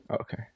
Okay